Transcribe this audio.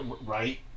Right